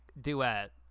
duet